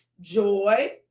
Joy